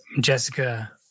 Jessica